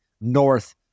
north